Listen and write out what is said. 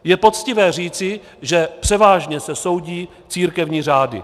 Je poctivé říci, že převážně se soudí církevní řády.